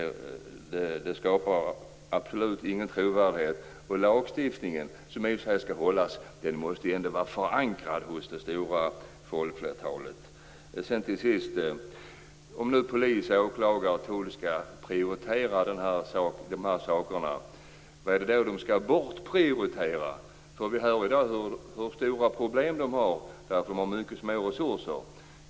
Det skapar absolut ingen trovärdighet. Lagarna, som i och för sig skall efterföljas, måste ju ändå vara förankrade hos det stora folkflertalet. Till sist: Om nu polis, åklagare och tull skall prioritera den här verksamheten, vad är det då som inte skall prioriteras? Vi hör i dag hur stora problem de har på grund av att de har mycket små resurser.